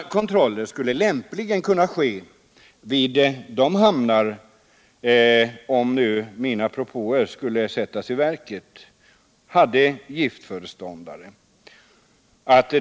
Kontroller skulle lämpligen kunna ske vid de hamnar som - om mina propåer sätts i verket — har giftföreståndare.